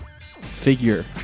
figure